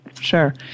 sure